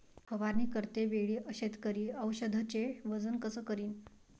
फवारणी करते वेळी शेतकरी औषधचे वजन कस करीन?